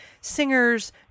singers